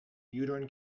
uterine